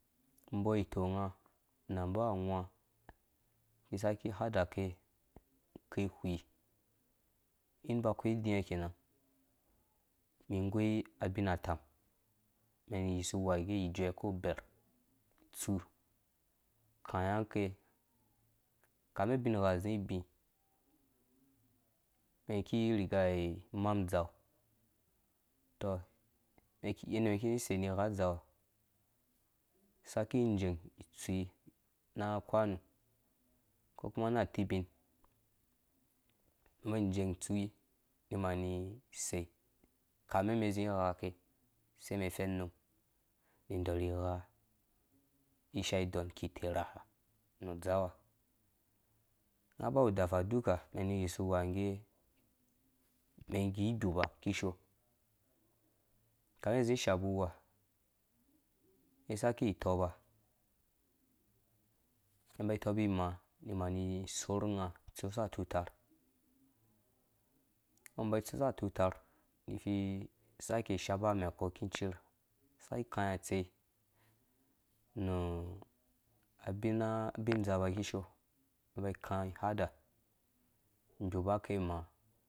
Mbɔ itɔng na mbɔ awa mi saki ha da ke ke whii in ba akwai diia kenan mi goi abin atam mɛn yisu wuha ngge ijue ko ubɛr kai a kɛ kame ubinha ji bi mum ki ba riga maa dzeu tɔ yenda mɛn ki zi sei ni gha dzau ha saki jeu tsui na kwan u kokuma na tubin mɛn jɛng tsui ni mani sei kame mɛn zĩ gha ishaa idɔn ki terhaha nu udzau ha nga bawu dafa uka mɛn niyisu wuhangge mɛn ngge igbuba kishoo kamemɛn zi shabu uwuha mɛn saki tɔba mɛn ba tɔbi imaa ni mani sorh nga tsusa tutarh mɛn mba bsusa atutarh ni vii sake shapa amɛ kɔ ku jirh sai kai atseinu abina dzapa kishoo ba kaĩ hada gbuba ake mɔ.